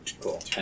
cool